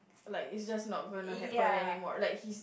like it's just not gonna happen anymore like he's